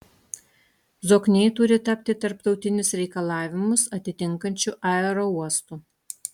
zokniai turi tapti tarptautinius reikalavimus atitinkančiu aerouostu